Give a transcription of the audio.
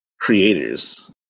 creators